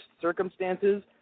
circumstances